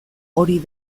hori